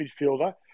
midfielder